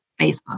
Facebook